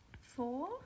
four